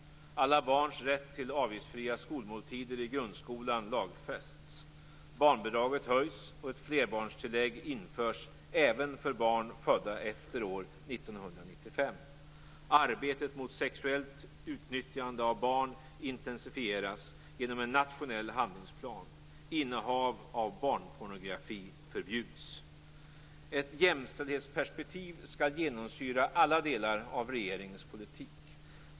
Alla barns rätt till avgiftsfria skolmåltider i grundskolan lagfästs. Barnbidraget höjs och ett flerbarnstillägg införs även för barn födda efter år 1995. Arbetet mot sexuellt utnyttjande av barn intensifieras genom en nationell handlingsplan. Innehav av barnpornografi förbjuds. Ett jämställdhetsperspektiv skall genomsyra alla delar av regeringens politik.